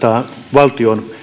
valtion